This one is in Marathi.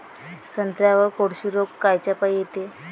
संत्र्यावर कोळशी रोग कायच्यापाई येते?